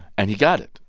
and he got it.